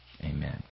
Amen